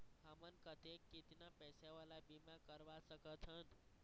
हमन कतेक कितना पैसा वाला बीमा करवा सकथन?